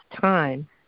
time